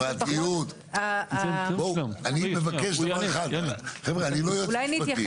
בואו, אני מבקש, חבר'ה, אני לא יועץ משפטי.